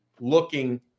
looking